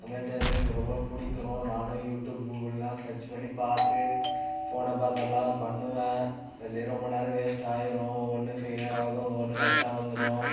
சமையல் செய்யுறதுன்னா எனக்கு ரொம்ப பிடிக்கும் நானும் யூடியூப் கூகுள்லாம் சர்ச் பண்ணி பார்த்து ஃபோனை பார்த்து எல்லா பண்ணுவேன் அதில் ரொம்ப நேரம் வேஸ்ட் ஆயிடும் ஒன்று ஃபெய்லியர் ஆகும் ஒவ்வொன்று கரெக்டாக வந்துடும்